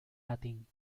latín